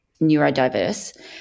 neurodiverse